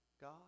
God